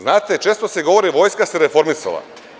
Znate, često se govori – Vojska se reformisala.